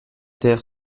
terre